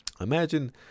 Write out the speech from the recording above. Imagine